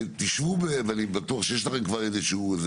תשבו ואני בטוח שיש לכם כבר איזה שהוא,